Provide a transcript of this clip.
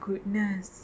goodness